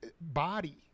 body